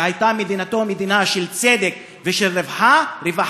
והייתה מדינתו מדינה של צדק ושל רווחה,